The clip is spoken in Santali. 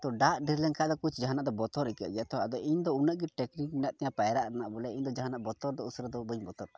ᱛᱳ ᱫᱟᱜ ᱰᱷᱮᱹᱨ ᱞᱮᱱᱠᱷᱟᱡ ᱫᱚ ᱠᱩᱪ ᱡᱟᱦᱟᱱᱟᱜ ᱫᱚ ᱵᱚᱛᱚᱨ ᱟᱹᱭᱠᱟᱹᱜᱼᱟ ᱡᱚᱛᱚᱣᱟᱜ ᱫᱚ ᱤᱧᱫᱚ ᱩᱱᱟᱹᱜ ᱜᱮ ᱴᱮᱠᱱᱤᱠ ᱢᱮᱱᱟᱜ ᱛᱤᱧᱟ ᱯᱟᱭᱨᱟᱜ ᱨᱮᱱᱟᱜ ᱵᱚᱞᱮ ᱤᱧᱫᱚ ᱡᱟᱦᱟᱱᱟᱜ ᱵᱚᱛᱚᱨ ᱫᱚ ᱩᱥᱟᱹᱨᱟ ᱫᱚ ᱵᱟᱹᱧ ᱵᱚᱛᱚᱨᱚᱜᱼᱟ